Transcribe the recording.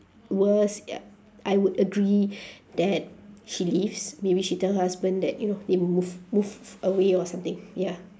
worse ya I would agree that she leaves maybe she tell her husband that you know they move move away or something ya